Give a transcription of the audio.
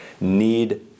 need